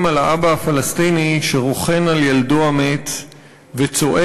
על האבא הפלסטיני שרוכן על ילדו המת וצועק: